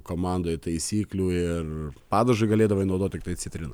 komandoj taisyklių ir padažui galėdavai naudot tiktai citriną